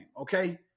okay